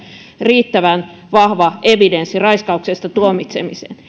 riittävän vahva evidenssi raiskauksesta tuomitsemiseen